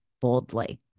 boldly